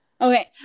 Okay